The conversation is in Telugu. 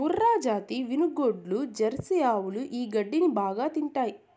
మూర్రాజాతి వినుగోడ్లు, జెర్సీ ఆవులు ఈ గడ్డిని బాగా తింటాయి